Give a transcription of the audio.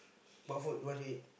what food you want to eat